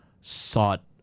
sought